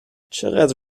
چقدر